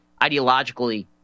ideologically